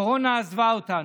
הקורונה עזבה אותנו.